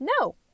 No